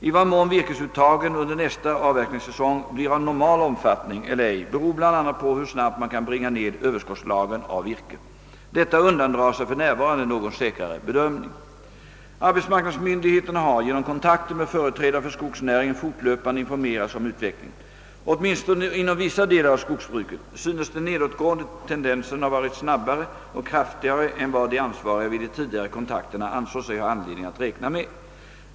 I vad mån virkesuttagen under nästa avverkningssäsong blir av normal omfatining eller ej beror bl.a. på hur snabbt man kan bringa ned överskottslagren av virke. Detta undandrar sig för närvarande någon säkrare bedömning. Arbetsmarknadsmyndigheterna har genom kontakter med företrädare för skogsnäringen fortlöpande informerats om utvecklingen. Åtminstone inom vissa delar av skogsbruket synes den nedåtgående tendensen ha varit snabbare och kraftigare än vad de ansvariga vid de tidigare kontakterna ansåg sig ha anledning att räkna med.